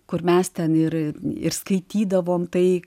kur mes ten ir ir skaitydavom tai